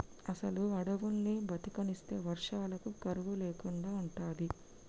అసలు అడువుల్ని బతకనిస్తే వర్షాలకు కరువు లేకుండా ఉంటది